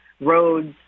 roads